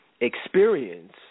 experience